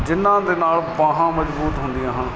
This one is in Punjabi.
ਜਿਹਨਾਂ ਦੇ ਨਾਲ ਬਾਹਾਂ ਮਜ਼ਬੂਤ ਹੁੰਦੀਆਂ ਹਨ